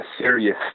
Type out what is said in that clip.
serious